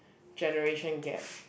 generation gap